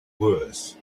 moors